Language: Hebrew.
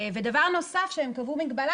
דבר נוסף שהם קבעו בו מגבלה,